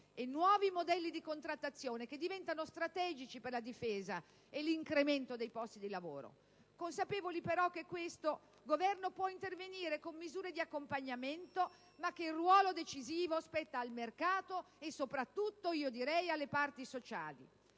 e nuovi modelli di contrattazione, che diventano strategici per la difesa e l'incremento dei posti di lavoro. Consapevoli però che questo Governo può intervenire con misure di accompagnamento, ma che il ruolo decisivo spetta al mercato e, soprattutto, alle parti sociali.